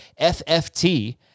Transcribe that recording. FFT